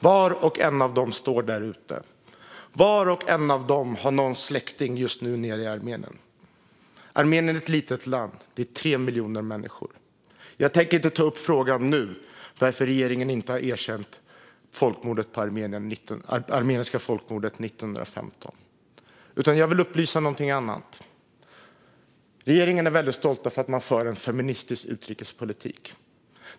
Var och en av dem som står där ute har någon släkting just nu nere i Armenien. Armenien är ett litet land. Det är 3 miljoner människor. Jag tänker inte ta upp frågan nu varför regeringen inte har erkänt det armeniska folkmordet 1915, utan jag vill upplysa om någonting annat. Regeringen är väldigt stolt över att den för en feministisk utrikespolitik.